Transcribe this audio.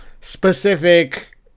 specific